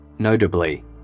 Notably